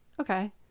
Okay